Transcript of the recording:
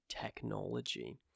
technology